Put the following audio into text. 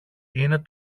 είναι